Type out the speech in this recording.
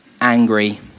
angry